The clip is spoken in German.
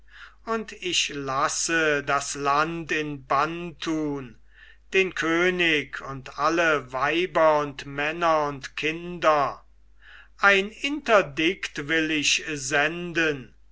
und ich lasse das land in bann tun den könig und alle weiber und männer und kinder ein interdikt will ich senden